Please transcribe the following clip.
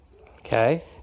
Okay